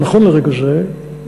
או: נכון לרגע זה,